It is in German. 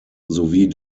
sowie